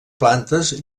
plantes